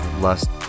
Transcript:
Last